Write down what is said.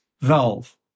valve